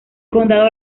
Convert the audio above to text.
condado